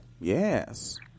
Yes